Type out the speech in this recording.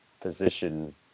position